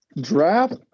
draft